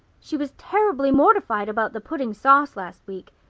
she was terribly mortified about the pudding sauce last week.